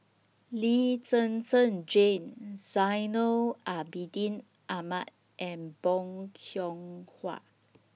Lee Zhen Zhen Jane Zainal Abidin Ahmad and Bong Hiong Hwa